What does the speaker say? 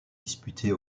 disputées